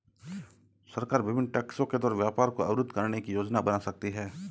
सरकार विभिन्न टैक्सों के द्वारा व्यापार को अवरुद्ध करने की योजना बना सकती है